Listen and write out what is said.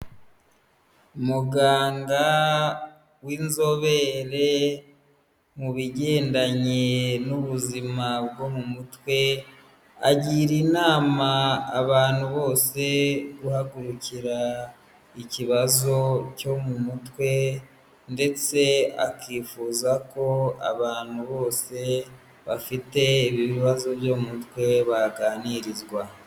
Umuganda w'inzobere mu bigendanye n'ubuzima bwo mu mutwe agira inama abantu bose guhagurukira ikibazo cyo mu mutwe ndetse akifuza ko abantu bose bafite ibibazo byo mutwe baganirizwa.